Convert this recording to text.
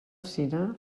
cine